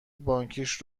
بانکیش